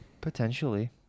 Potentially